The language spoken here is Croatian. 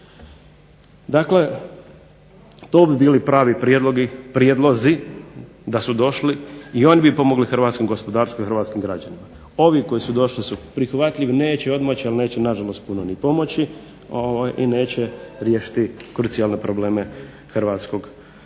Dakle to bi bili pravi prijedlozi da su došli i oni bi pomogli hrvatskom gospodarstvu i hrvatskim građanima. Ovi koji su došli su prihvatljivi, neće odmoći, ali neće na žalost puno ni pomoći, i neće riješiti krucijalne probleme hrvatskog gospodarstva